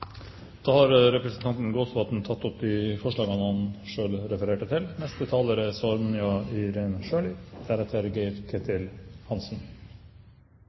Representanten Jon Jæger Gåsvatn har tatt opp de forslagene han refererte til.